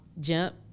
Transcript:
jump